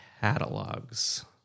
catalogs